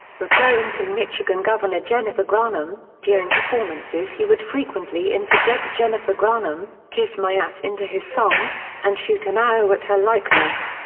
referring to michigan governor jennifer granholm, during performances he would frequently interject jennifer granholm, kiss my ass into his songs, and shoot an arrow at her likeness.